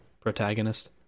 protagonist